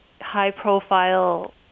high-profile